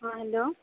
ହଁ ହ୍ୟାଲୋ